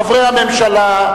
חברי הממשלה,